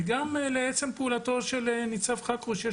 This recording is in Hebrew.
וגם לעצם פעולתו של ניצב חכרוש.